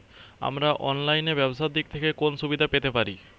আমরা অনলাইনে ব্যবসার দিক থেকে কোন সুবিধা পেতে পারি?